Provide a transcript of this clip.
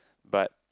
but